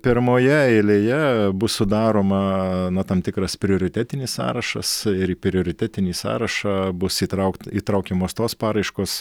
pirmoje eilėje bus sudaroma na tam tikras prioritetinis sąrašas ir į prioritetinį sąrašą bus įtraukt įtraukiamos tos paraiškos